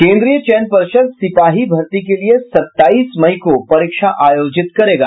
केंद्रीय चयन पर्षद सिपाही भर्ती के लिये सत्ताईस मई को परीक्षा आयोजित करेगा